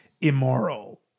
immoral